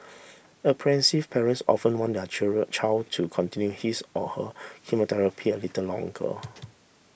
apprehensive parents often want their child to continue his or her chemotherapy a little longer